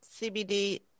CBD